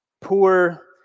poor